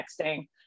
texting